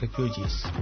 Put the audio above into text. refugees